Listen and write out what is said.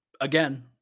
Again